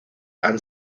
han